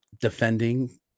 defending